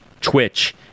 twitch